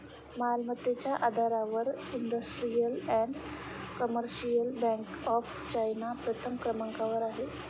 मालमत्तेच्या आधारावर industrial and commercial bank of China प्रथम क्रमांकावर आहे